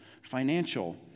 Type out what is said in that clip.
financial